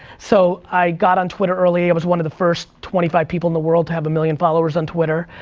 so i got on twitter early, i was one of the first twenty five people in the world to have a million followers on twitter,